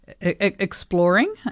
exploring